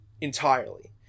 entirely